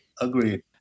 Agreed